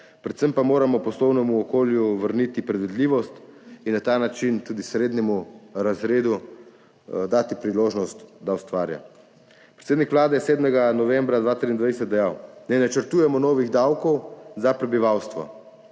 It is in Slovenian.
Predvsem pa moramo poslovnemu okolju vrniti predvidljivost in na ta način tudi srednjemu razredu dati priložnost, da ustvarja. Predsednik Vlade je 7. novembra 2023 dejal: »Ne načrtujemo novih davkov za prebivalstvo.